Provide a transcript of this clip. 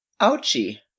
Ouchie